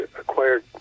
acquired